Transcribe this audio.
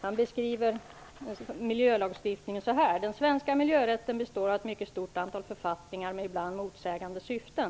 Han beskriver miljölagstiftningen så här: "Den svenska miljörätten består av ett mycket stort antal författningar med ibland motsägande syften.